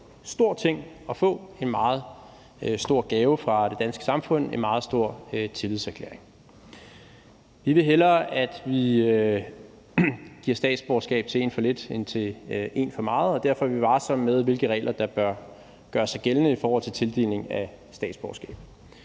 stor ting at få, en meget stor gave fra det danske samfund, en meget stor tillidserklæring. Vi vil hellere, at vi giver statsborgerskab til en for lidt end til en for meget, og derfor er vi varsomme med, hvilke regler der bør gøre sig gældende i forhold til tildeling af statsborgerskab.